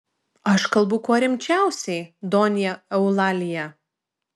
aš kalbu kuo rimčiausiai donja eulalija